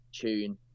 tune